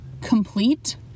complete